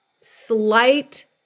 slight